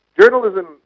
journalism